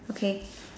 okay